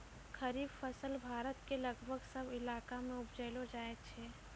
खरीफ फसल भारत के लगभग सब इलाका मॅ उपजैलो जाय छै